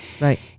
right